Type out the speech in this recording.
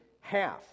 half